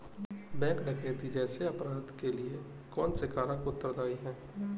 Bank डकैती जैसे अपराध के लिए कौन से कारक उत्तरदाई हैं?